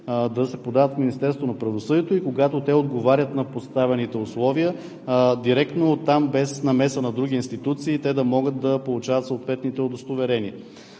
на правосъдието и когато те отговарят на поставените условия, директно от там без намеса на други институции, те да могат да получават съответните удостоверения.